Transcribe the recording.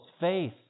faith